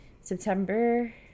September